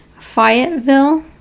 fayetteville